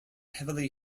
heavily